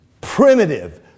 primitive